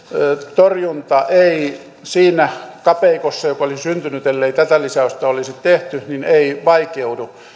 torjunta ei siinä kapeikossa joka olisi syntynyt ellei tätä lisäystä olisi tehty vaikeudu